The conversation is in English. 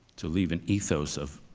to leave an ethos of